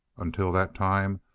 until that time,